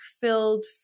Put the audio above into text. filled